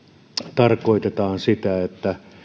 tarkoitetaan sitä että